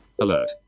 Alert